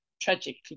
tragically